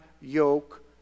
yoke